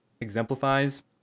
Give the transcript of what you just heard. exemplifies